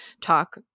talk